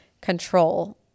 control